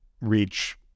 reach